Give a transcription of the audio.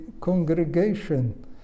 congregation